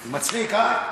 מצחיק, הא?